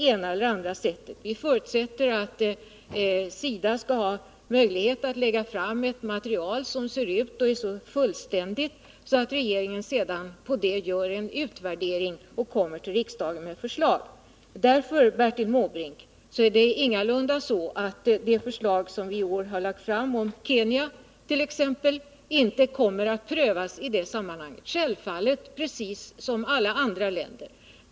Vi förutsätter emellertid att SIDA skall ha möjlighet att lägga fram ett material, som är så fullständigt att regeringen med detta såsom grund kan göra en utvärdering och komma till riksdagen med förslag. Därför, Bertil Måbrink, kommer det förslag som vi i år har lagt fram om Kenya självfallet att prövas i det sammanhanget precis som när det gäller alla andra länder.